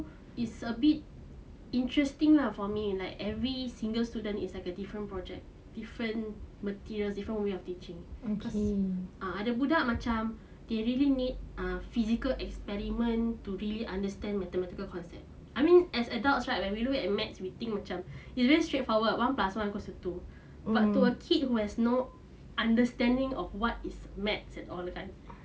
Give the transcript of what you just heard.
is a bit interesting lah for me like every single student is like a project different materials different way of teaching ah ada budak macam they really need ah physical experiment to really understand mathematical concept I mean as adults right when we look at maths we think macam is very straightforward one plus one equals to two but to a kid who has no understanding of what is maths at all kan